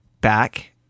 back